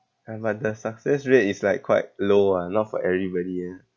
uh but the success rate is like quite low ah not for everybody ah